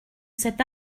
cet